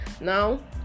now